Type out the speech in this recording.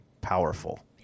powerful